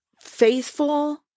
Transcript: faithful